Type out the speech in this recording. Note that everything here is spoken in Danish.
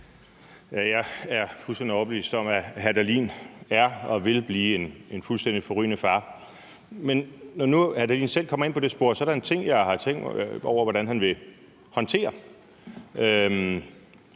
Jeg er fuldstændig overbevist om, at hr. Morten Dahlin er og vil blive en fuldstændig forrygende far. Men når nu hr. Morten Dahlin selv kommer ind på det spor, er der en ting, jeg har tænkt over hvordan han vil håndtere.